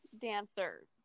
dancer